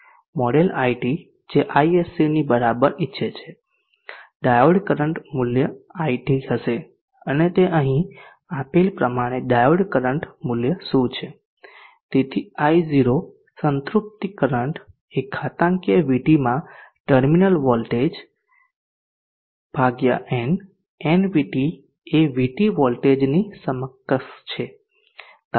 model iT જે ISC ની બરાબર ઈચ્છે છે ડાયોડ કરંટ મૂલ્ય iT હશે અને તે અહીં આપેલ પ્રમાણે ડાયોડ કરંટ મૂલ્ય શું છે તેથી I0 સંતૃપ્તિ કરંટ એ ઘાતાંકીય VT માં ટર્મિનલ વોલ્ટેજ n NVT એ VT વોલ્ટેજની સમકક્ષ છે